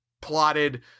plotted